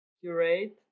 curate